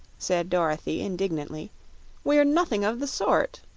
said dorothy, indignantly we're nothing of the sort.